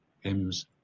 hymns